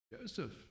Joseph